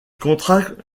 contracte